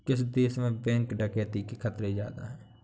किस देश में बैंक डकैती के खतरे ज्यादा हैं?